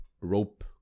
rope